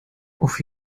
auf